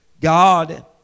God